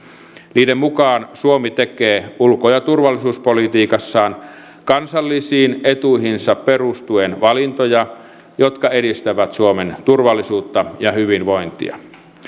niiden mukaan suomi tekee ulko ja turvallisuuspolitiikassaan kansallisiin etuihinsa perustuen valintoja jotka edistävät suomen turvallisuutta ja hyvinvointia